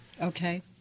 Okay